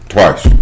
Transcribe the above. Twice